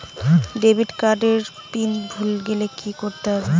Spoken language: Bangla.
ডেবিট কার্ড এর পিন ভুলে গেলে কি করতে হবে?